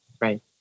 Right